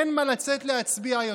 אין מה לצאת להצביע יותר.